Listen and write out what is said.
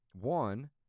One